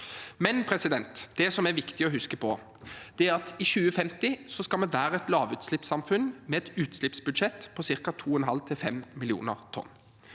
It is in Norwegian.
egnet måte. Det som er viktig å huske på, er at vi i 2050 skal være et lavutslippssamfunn med et utslippsbudsjett på ca. 2,5–5 millioner tonn.